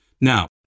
Now